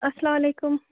اَسلام علیکُم